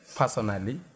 personally